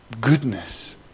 goodness